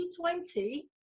2020